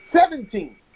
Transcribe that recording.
Seventeen